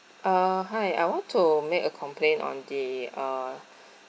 uh hi I want to make a complaint on the uh